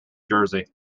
jersey